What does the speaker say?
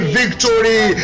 victory